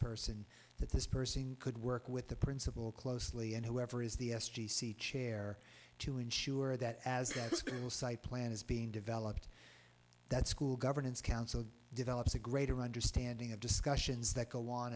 person that this person could work with the principal closely and whoever is the s g c chair to ensure that as has been the site plan is being developed that school governance council develops a greater understanding of discussions that go on